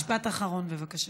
משפט אחרון, בבקשה.